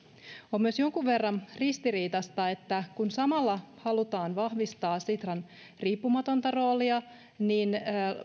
on myös jonkun verran ristiriitaista että samalla kun halutaan vahvistaa sitran riippumatonta roolia